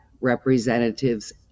representatives